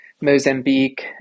Mozambique